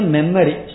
Memory